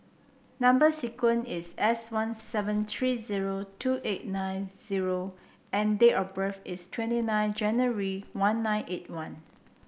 number sequence is S one seven three zero two eight nine zero and date of birth is twenty nine January one nine eight one